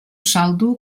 saldo